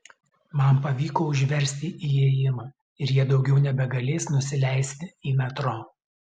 man pavyko užversti įėjimą ir jie daugiau nebegalės nusileisti į metro